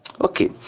okay